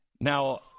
Now